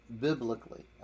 biblically